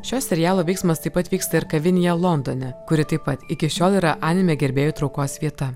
šio serialo veiksmas taip pat vyksta ir kavinėje londone kuri taip pat iki šiol yra anime gerbėjų traukos vieta